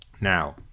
Now